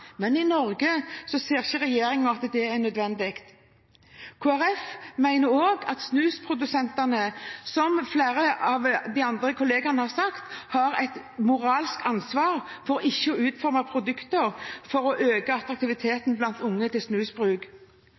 flere av de andre kollegene har sagt, har et moralsk ansvar for ikke å utforme produkter for å øke attraktiviteten til snusbruk blant unge.